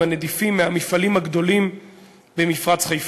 הנדיפים מהמפעלים הגדולים במפרץ חיפה.